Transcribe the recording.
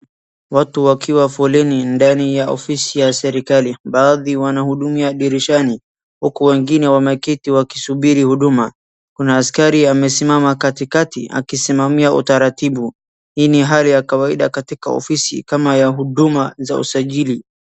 Watu wakiwa foleni ndani ya ofisi ya serikali baadhi wanahudumiwa dirishani huku wengine wameketi wakisubiri huduma. Kuna askari amesimama katikati akisimamia utaratibu. Hii ni hali ya kawaida katika ofisi kama ya huduma za usajili.